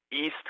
east